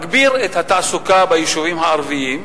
הצורך להגביר את התעסוקה ביישובים הערביים,